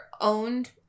owned